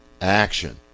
action